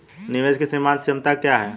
निवेश की सीमांत क्षमता क्या है?